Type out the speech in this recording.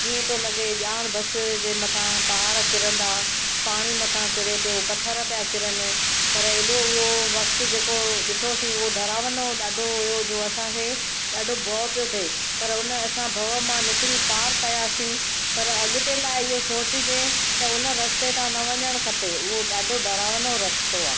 इएं पियो लॻे ॼणु बस जे मथां पहाड़ किरंदा पाणी मथां किरे पियो पथर पिया किरनि पर ऐॾो उहो जेको वक़्तु ॾिठोसीं उहो डरावनो हो ॾाढो हुयो जो असां खे ॾाढो भउ पियो थिए पर हुन असां भउ मां निकिरी पारि पियासीं पर अॻिते लाइ इहो सोचिजे त हुन रस्ते तां न वञणु खपे उहो ॾाढो डरावनो रस्तो आहे